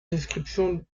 description